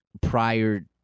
prior